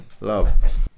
love